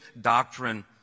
doctrine